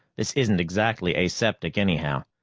this isn't exactly aseptic, anyhow.